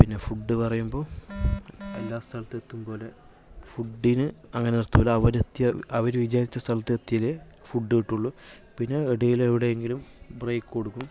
പിന്നെ ഫുഡ് പറയുമ്പോൾ എല്ലാ സ്ഥലത്ത് എത്തും പോലെ ഫുഡിന് അങ്ങനെ നിർത്തില്ല അവര് എത്തിയ അവര് വിചാരിച്ച സ്ഥലത്ത് എത്തിയാലെ ഫുഡ് കിട്ടുകയുള്ളു പിന്നെ ഇടയിൽ എവിടെ എങ്കിലും ബ്രേക്ക് കൊടുക്കും